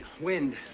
wind